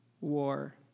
war